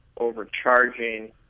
overcharging